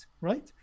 right